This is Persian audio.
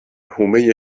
حومه